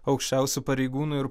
aukščiausių pareigūnų ir